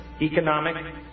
economic